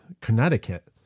Connecticut